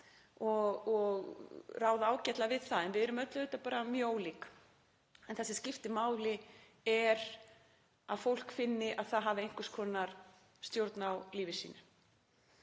og ráða ágætlega við það en við erum öll auðvitað bara mjög ólík. Það sem skiptir máli er að fólk finni að það hafi einhvers konar stjórn á lífi sínu.